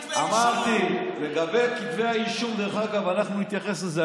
אמרתי, לגבי כתבי האישום, אנחנו נתייחס לזה.